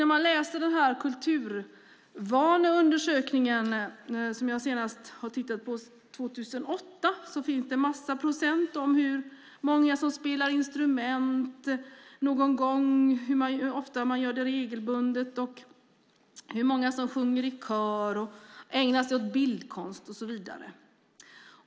När man läser kulturvaneundersökningen från 2008 ser man att där finns en massa procentsiffror på hur många som spelar instrument någon gång och hur många som gör det regelbundet, hur många som sjunger i kör, hur många som ägnar sig åt bildkonst och så vidare.